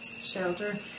shelter